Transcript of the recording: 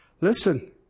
Listen